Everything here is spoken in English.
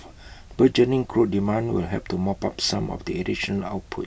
burgeoning crude demand will help to mop up some of the additional output